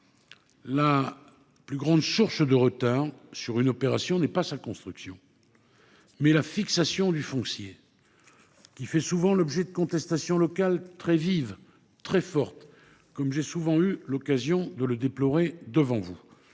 la plus grande source de retard d’une opération est, non pas la construction, mais la fixation du foncier, qui fait souvent l’objet de contestations locales très vives, comme j’ai souvent eu l’occasion de le déplorer devant vous,